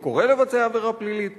או קורא לבצע עבירה פלילית,